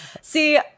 See